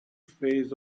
phase